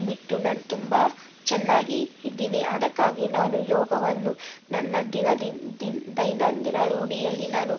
ಬಿಟ್ಟು ನಾನು ತುಂಬ ಚೆನ್ನಾಗಿ ಇದ್ದೀನಿ ಅದಕ್ಕಾಗಿ ನಾನು ಯೋಗವನ್ನು ನನ್ನ ದಿನ ದಿನ ದೈನಂದಿನ ರೂಢಿಯಲ್ಲಿ ನಾನು